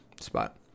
spot